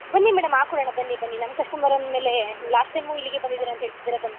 ಬನ್ನಿ ಮೇಡಮ್ ಹಾಕ್ಕೊಡಣ ಬನ್ನಿ ಬನ್ನಿ ನಮ್ಮ ಕಸ್ಟಮರ್ ಅಂದ ಮೇಲೆ ಲಾಸ್ಟ್ ಟೈಮು ಇಲ್ಲಿಗೆ ಬಂದಿದ್ದೀರ ಅಂತ ಹೇಳ್ತಿದೀರ ಬನ್ನಿ